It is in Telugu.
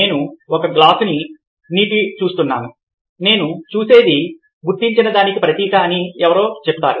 నేను ఒక గ్లాసు నీటిని చూస్తున్నాను నేను చూసేది గుర్తించిన దానికి ప్రతీక అని ఎవరో చెప్తారు